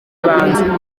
ibanze